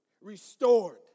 restored